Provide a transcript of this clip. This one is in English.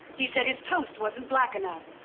he said his toast wasn't black enough.